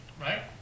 right